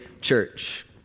church